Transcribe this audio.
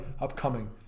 upcoming